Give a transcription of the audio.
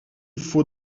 faut